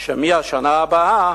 שמהשנה הבאה